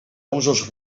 usos